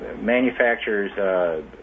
manufacturers